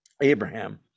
Abraham